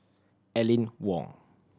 Aline Wong